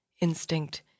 Instinct